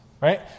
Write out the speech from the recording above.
right